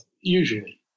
usually